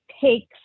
takes